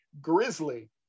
Grizzly